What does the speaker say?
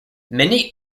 many